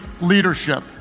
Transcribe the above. leadership